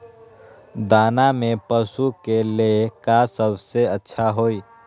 दाना में पशु के ले का सबसे अच्छा होई?